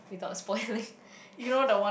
without spoiling